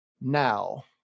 now